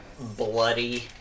bloody